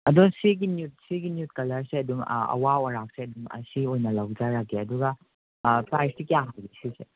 ꯑꯗꯣ ꯁꯤꯒꯤ ꯅ꯭ꯌꯨꯠ ꯁꯤꯒꯤ ꯅ꯭ꯌꯨꯠ ꯀꯂꯔꯁꯦ ꯑꯗꯨꯝ ꯑꯋꯥꯎ ꯑꯔꯥꯛꯁꯦ ꯑꯗꯨꯝ ꯁꯤ ꯑꯣꯏꯅ ꯂꯧꯖꯔꯒꯦ ꯑꯗꯨꯒ ꯄ꯭ꯔꯥꯏꯁꯇꯤ ꯀꯌꯥꯃꯨꯛ ꯄꯤ ꯁꯤꯁꯦ